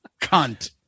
cunt